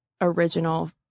original